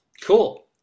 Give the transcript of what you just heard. cool